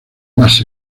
más